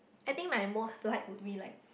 I think my most liked would be like